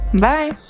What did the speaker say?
Bye